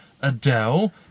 Adele